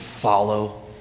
follow